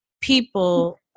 people